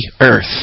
earth